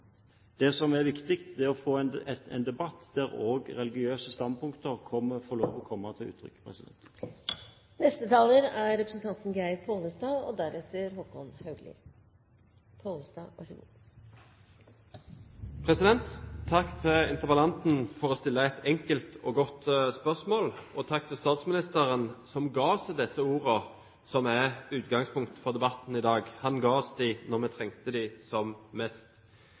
Det som er viktig, er å få en debatt der også religiøse standpunkter får lov å komme til uttrykk. Takk til interpellanten for å stille et enkelt og godt spørsmål – og takk til statsministeren som ga oss disse ordene som er utgangspunktet for debatten i dag. Han ga oss dem da vi trengte dem som mest.